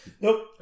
Nope